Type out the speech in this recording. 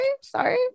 Sorry